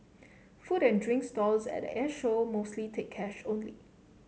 food and drink stalls at the Airshow mostly take cash only